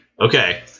Okay